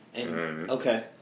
Okay